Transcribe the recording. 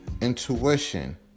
intuition